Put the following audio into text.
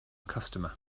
customer